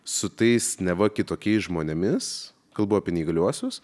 su tais neva kitokiais žmonėmis kalbu apie neįgaliuosius